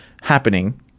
happening